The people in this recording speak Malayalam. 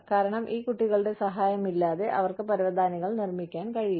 കാരണം ഈ കുട്ടികളുടെ സഹായമില്ലാതെ അവർക്ക് പരവതാനികൾ നിർമ്മിക്കാൻ കഴിയില്ല